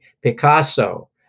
Picasso